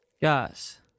Yes